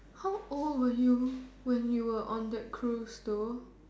how old were you when you were on that Cruise though